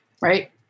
Right